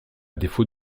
défaut